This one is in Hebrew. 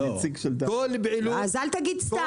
אז אל תגיד סתם.